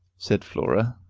said flora,